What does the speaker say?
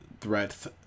threats